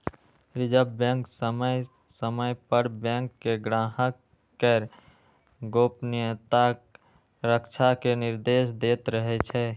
reserve bank समय समय पर बैंक कें ग्राहक केर गोपनीयताक रक्षा के निर्देश दैत रहै छै